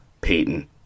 Peyton